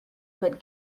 but